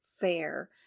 fair